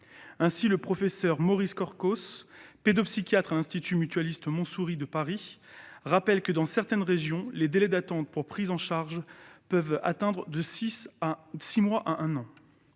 Ainsi, le professeur Maurice Corcos, pédopsychiatre à l'Institut mutualiste Montsouris à Paris, rappelle que, dans certaines régions, les délais d'attente pour une prise en charge peuvent atteindre de six mois à un an.